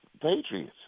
Patriots